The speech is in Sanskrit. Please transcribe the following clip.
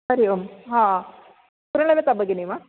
हरि ओम् हा प्रणमता भगिनी वा